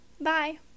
Bye